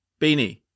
Beanie